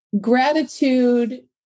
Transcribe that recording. Gratitude